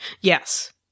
Yes